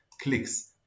clicks